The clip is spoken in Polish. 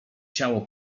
ciało